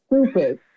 stupid